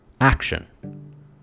action